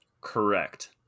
Correct